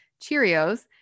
Cheerios